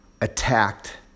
attacked